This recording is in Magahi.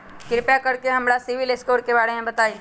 कृपा कर के हमरा सिबिल स्कोर के बारे में बताई?